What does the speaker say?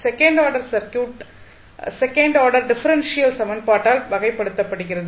second order circuit second order differential சமன்பாட்டால் வகைப்படுத்தப்படுகிறது